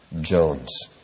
Jones